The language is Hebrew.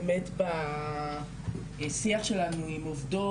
באמת בשיח שלנו עם עובדות,